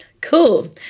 Cool